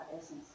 Essence